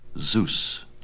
Zeus